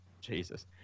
jesus